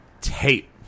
tape